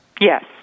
Yes